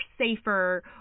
safer